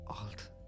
alt